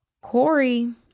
Corey